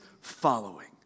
following